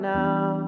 now